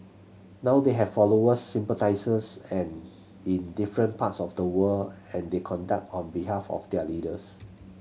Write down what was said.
now they have followers sympathisers and in different parts of the world and they conduct on behalf of their leaders